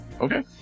Okay